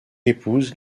épouse